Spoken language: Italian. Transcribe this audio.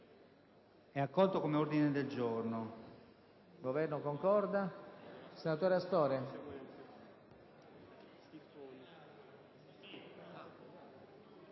lo accolga come ordine del giorno.